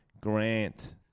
Grant